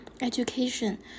education